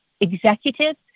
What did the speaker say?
executives